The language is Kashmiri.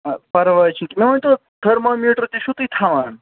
آ پَرواے چھُ مےٚ ؤنۍ تو تھٔرمامیٖٹَر تہِ چھُو تُہۍ تھاوان